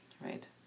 Right